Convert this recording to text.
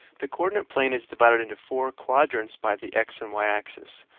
the coordinate plane is divided into four quadrants by the x and y axis.